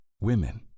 women